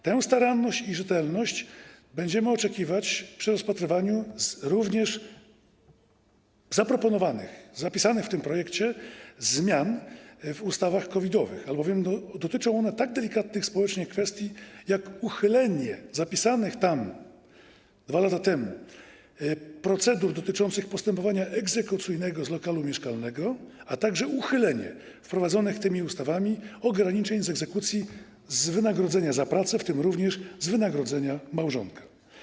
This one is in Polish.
Tej staranności i rzetelności będziemy oczekiwać również przy rozpatrywaniu zaproponowanych, zapisanych w tym projekcie zmian w ustawach COVID-owych, albowiem dotyczą one tak delikatnych społecznie kwestii jak uchylenie zapisanych tam 2 lata temu procedur dotyczących postępowania egzekucyjnego z lokalu mieszkalnego, a także uchylenie wprowadzonych tymi ustawami ograniczeń w egzekucji z wynagrodzenia za pracę, w tym również z wynagrodzenia małżonka.